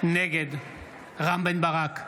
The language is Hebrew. נגד רם בן ברק,